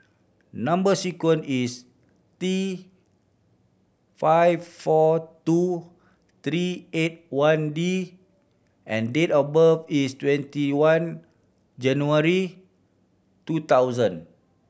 number sequence is T five four two three eight one D and date of birth is twenty one January two thousand